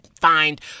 find